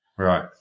Right